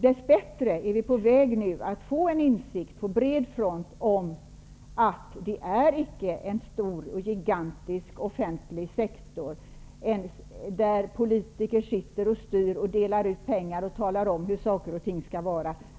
Dess bättre är vi nu på väg att på bred front få insikt om att vi inte är en stor gigantisk offentlig sektor där politiker styr och delar ut pengar och talar om hur saker och ting skall vara.